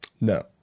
No